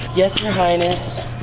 yes your highness.